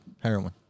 heroin